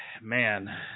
man